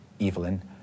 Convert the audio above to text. Evelyn